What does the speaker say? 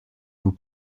vous